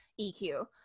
EQ